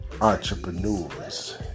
entrepreneurs